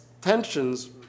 Tensions